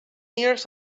years